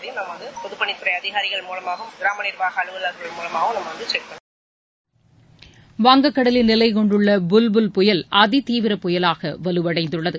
இதனை பொதட்பணித்துறை அதிகாரிகள் மற்றும் கிராம நிர்வாக அலுவலர்கள் மூலமாக செக் பண்றோம் வங்கக்கடலில் நிலைகொண்டுள்ள புல் புயல் அதிதீவிர புயலாக வலுவடைந்துள்ளது